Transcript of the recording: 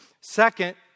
Second